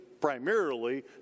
primarily